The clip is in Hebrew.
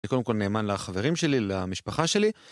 אני קודם כל נאמן לחברים שלי, למשפחה שלי.